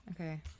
Okay